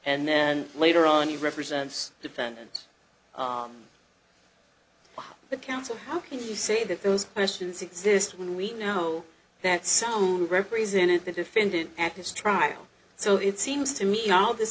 and then later on he represents defendants but counsel how can you say that those questions exist when we know that sound represented the defendant at his trial so it seems to me all this